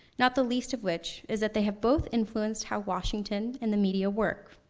not the least of which, is that they have both influenced how washington and the media, work.